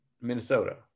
Minnesota